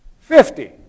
Fifty